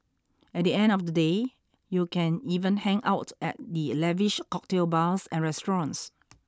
at the end of the day you can even hang out at the lavish cocktail bars and restaurants